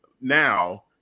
now